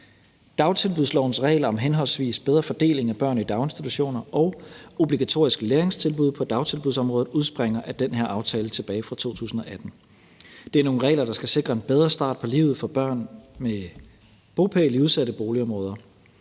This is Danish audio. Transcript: Dagtilbudslovens regler om henholdsvis en bedre fordeling af børn i daginstitutioner og obligatoriske læringstilbud på dagtilbudsområdet udspringer af den her aftale tilbage fra 2018. Det er nogle regler, der skal sikre en bedre start på livet for børn med bopæl i udsatte boligområder.